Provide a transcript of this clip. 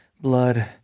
blood